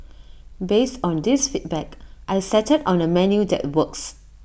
based on these feedback I settled on A menu that works